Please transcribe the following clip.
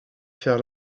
faire